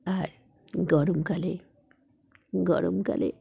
আর গরমকালে গরমকালে